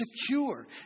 secure